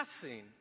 passing